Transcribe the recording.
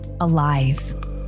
alive